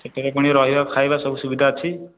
ସେଥିରେ ପୁଣି ରହିବା ଖାଇବା ସବୁ ସୁବିଧା ଅଛି